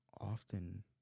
Often